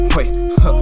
Wait